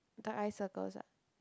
dark eye circles what